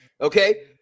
Okay